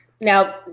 now